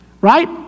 right